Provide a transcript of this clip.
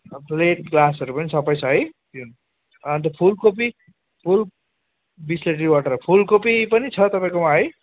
plate ग्लासहरू पनि सबै छ है अन्त फुलकोपी फुल बिस्लेरी वाटर फुलकोपी पनि छ तपाईँकोमा है